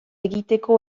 egiteko